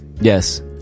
Yes